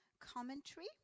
Commentary